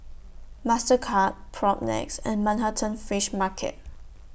Mastercard Propnex and Manhattan Fish Market